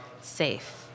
safe